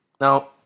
now